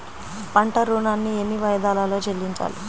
పంట ఋణాన్ని ఎన్ని వాయిదాలలో చెల్లించాలి?